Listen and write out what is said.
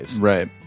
Right